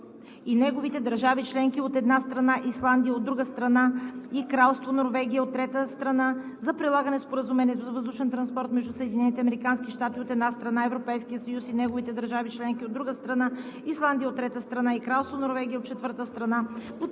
и неговите държави членки, от една страна, Исландия, от друга страна, и Кралство Норвегия, от трета страна, за прилагане на Споразумението за въздушен транспорт между Съединените американски щати, от една страна, Европейския съюз и неговите държави членки, от друга страна, Исландия, от трета страна, и Кралство Норвегия, от четвърта страна,